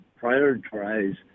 prioritize